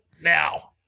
now